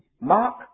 Mark